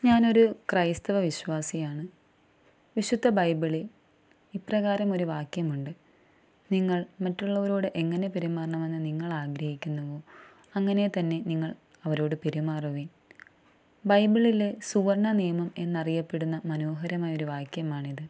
ഞാനൊരു ക്രൈസ്തവ വിശ്വാസിയാണ് വിശുദ്ധ ബൈബിളിൽ ഇപ്രകാരം ഒരു വാക്യമുണ്ട് നിങ്ങൾ മറ്റുള്ളവരോട് എങ്ങനെ പെരുമാറണമെന്നു നിങ്ങൾ ആഗ്രഹിക്കുന്നുവോ അങ്ങനെ തന്നെ നിങ്ങൾ അവരോട് പെരുമാറുവിൻ ബൈബിളിലെ സുവർണ്ണ നിയമം എന്നറിയപ്പെടുന്ന മനോഹരമായൊരു വാക്ക്യമാണിത്